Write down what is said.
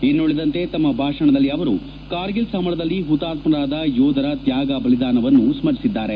ಇನ್ನುಳಿದಂತೆ ತಮ್ಮ ಭಾಷಣದಲ್ಲಿ ಅವರು ಕಾರ್ಗಿಲ್ ಸಮರದಲ್ಲಿ ಹುತಾತ್ಮರಾದ ಯೋಧರ ತ್ಯಾಗ ಬಲಿದಾನವನ್ನು ಸ್ಮರಿಸಿದ್ದಾರೆ